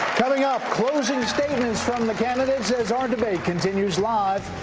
coming up, closing statements from the candidates as our debate continues, live,